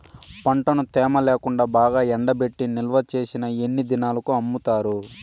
పంటను తేమ లేకుండా బాగా ఎండబెట్టి నిల్వచేసిన ఎన్ని దినాలకు అమ్ముతారు?